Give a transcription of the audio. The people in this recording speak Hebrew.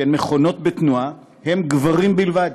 שהן מכונות בתנועה, היא גברים בלבד,